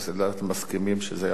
מסכימים שהנושא יועבר לוועדה.